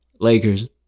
Lakers